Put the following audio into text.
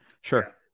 Sure